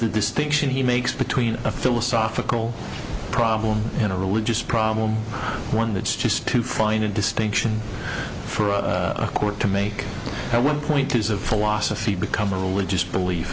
the distinction he makes between a philosophical problem and a religious problem one that's just too fine a distinction for a court to make one point is of philosophy become a religious belief